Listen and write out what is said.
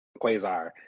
Quasar